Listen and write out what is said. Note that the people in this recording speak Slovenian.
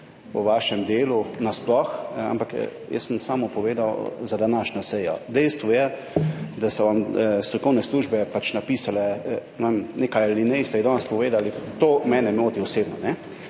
o vašem delu na sploh, ampak jaz sem samo povedal za današnjo sejo. Dejstvo je, da so vam strokovne službe napisale nekaj alinej, ki ste jih danes povedali. To mene osebno